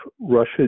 Russia